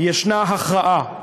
ישנה הכרעה.